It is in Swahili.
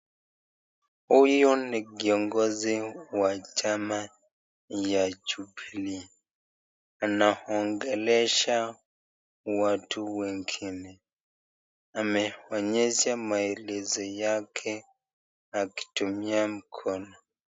Huyu ni kiongozi wa chama ya Jubilee. Anaongelesha watu wengine. Ameonyesha maelezo yake akitumia mkono.